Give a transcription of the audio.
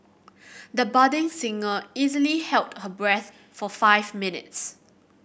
the budding singer easily held her breath for five minutes